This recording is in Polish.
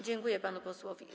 Dziękuję panu posłowi.